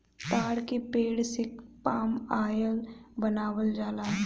ताड़ के पेड़ से पाम आयल बनावल जाला